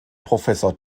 professor